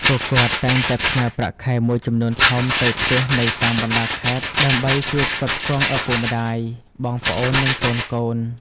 ពួកគាត់តែងតែផ្ញើប្រាក់ខែមួយចំនួនធំទៅផ្ទះនៅតាមបណ្ដាខេត្ត ដើម្បីជួយផ្គត់ផ្គង់ឪពុកម្ដាយ បងប្អូន និងកូនៗ។